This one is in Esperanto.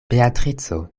beatrico